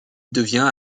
devient